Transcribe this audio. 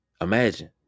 imagine